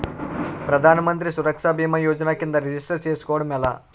ప్రధాన మంత్రి సురక్ష భీమా యోజన కిందా రిజిస్టర్ చేసుకోవటం ఎలా?